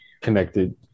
connected